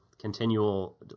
continual